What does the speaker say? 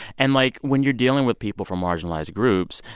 and, like, when you're dealing with people from marginalized groups,